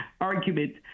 argument